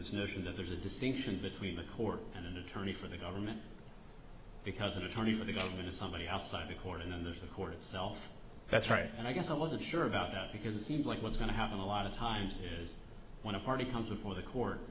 this notion that there's a distinction between the court and an attorney for the government because an attorney for the government to somebody outside the court and then there's the court itself that's right and i guess i wasn't sure about that because it seemed like what's going to happen a lot of times here is when a party comes before the court